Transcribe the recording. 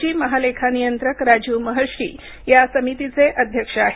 माजी महालेखा नियंत्रक राजीव महर्षी या समितीचे अध्यक्ष आहेत